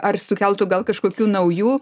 ar sukeltų gal kažkokių naujų